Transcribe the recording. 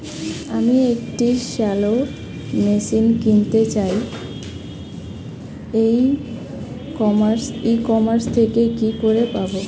আমি একটি shallow machine কিনতে চাই ই কমার্স থেকে কি করে পাবো?